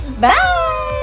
Bye